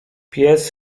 pies